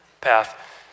path